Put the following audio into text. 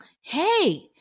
Hey